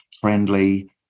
friendly